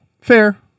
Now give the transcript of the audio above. Fair